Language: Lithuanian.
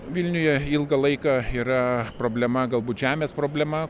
vilniuje ilgą laiką yra problema galbūt žemės problema